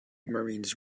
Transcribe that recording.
marines